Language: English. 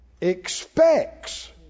expects